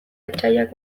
etsaiak